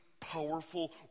powerful